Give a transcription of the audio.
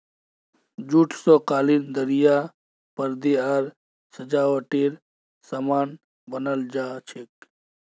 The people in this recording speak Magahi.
जूट स कालीन दरियाँ परदे आर सजावटेर सामान बनाल जा छेक